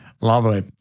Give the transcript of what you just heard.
Lovely